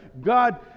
God